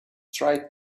tried